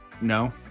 No